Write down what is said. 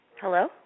Hello